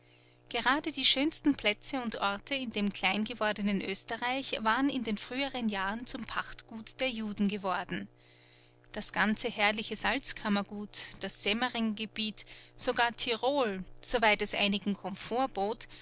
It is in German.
gerade die schönsten plätze und orte in dem klein gewordenen oesterreich waren in den früheren jahren zum pachtgut der juden geworden das ganze herrliche salzkammergut das semmeringgebiet sogar tirol soweit es einigen